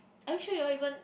are you sure you all even